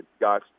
guys